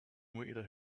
waiting